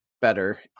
better